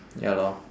ya lor